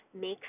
make